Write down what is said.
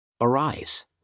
Arise